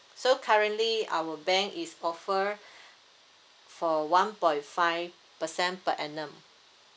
so currently our bank is offer for one point five percent per annum